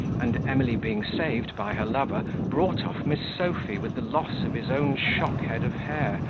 and emily being saved by her lover brought off miss sophy with the loss of his own shock-head of hair,